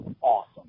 awesome